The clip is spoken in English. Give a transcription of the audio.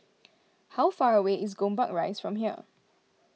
how far away is Gombak Rise from here